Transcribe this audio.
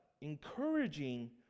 encouraging